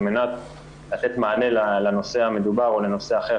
מנת לתת מענה לנושא המדובר או לנושא אחר,